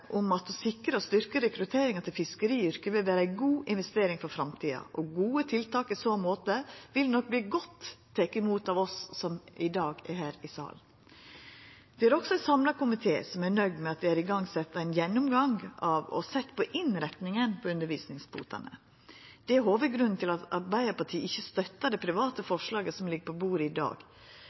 om at å sikra og styrkja rekrutteringa til fiskeriyrket vil vera ei god investering for framtida, og gode tiltak i så måte vil nok bli godt teke imot av oss som i dag er her i salen. Det er også ein samla komité som er nøgd med at ein har sett i gong ein gjennomgang av og sett på innrettinga av undervisningskvotene. Det er hovudgrunnen til at Arbeidarpartiet ikkje støttar det private forslaget som ligg på bordet i dag.